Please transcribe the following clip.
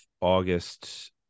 August